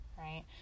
right